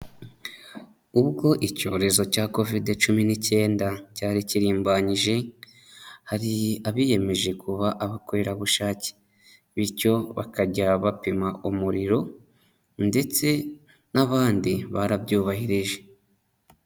Ubwo icyorezo cya covide cumi n'icyenda cyari kirimbanyije, hari abiyemeje kuba abakorerabushake, bityo bakajya bapima umuriro ndetse n'abandi barabyubahirije.